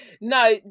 No